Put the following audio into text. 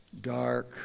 dark